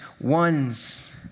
ones